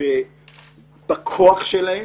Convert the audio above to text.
בכוח שלהם,